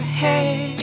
head